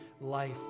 life